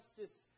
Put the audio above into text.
justice